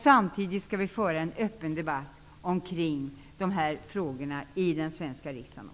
Samtidigt skall vi föra en öppen debatt kring de dessa frågor också i den svenska riksdagen.